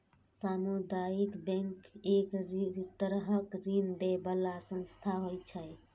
सामुदायिक बैंक एक तरहक ऋण दै बला संस्था होइ छै